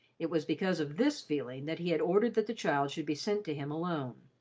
it was because of this feeling that he had ordered that the child should be sent to him alone.